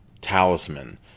talisman